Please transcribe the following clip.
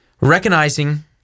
recognizing